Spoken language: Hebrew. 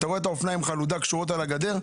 אתה רואה את האופניים חלודה שקשורות על הגדר?